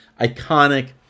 iconic